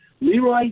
Leroy